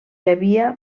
havia